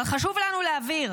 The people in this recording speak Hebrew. אבל חשוב לנו להבהיר: